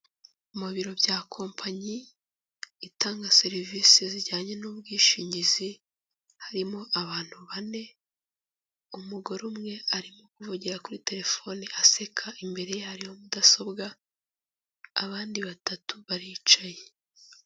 Mu biro bya kompanyi itanga serivisi zijyanye n'ubwishingizi, harimo abantu bane, umugore umwe arimo kuvugira kuri telefoni aseka imbere ya hariho mudasobwa, abandi batatu baricaye.